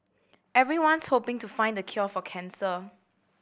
everyone's hoping to find the cure for cancer